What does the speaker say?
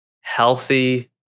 healthy